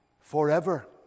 forever